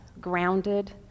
grounded